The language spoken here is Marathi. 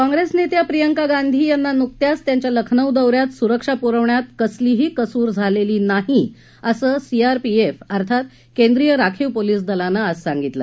काँग्रेस नेत्या प्रियंका गांधी यांना नुकत्याच त्यांच्या लखनौ दौऱ्यात सुरक्षा पुरवण्यात कसलाही कसूर झालेला नाही असं सीआरपीएफ अर्थात केंद्रीय राखीव पोलीस दलानं आज सांगितलं